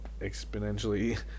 exponentially